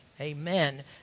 Amen